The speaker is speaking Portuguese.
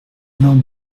não